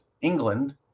England